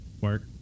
work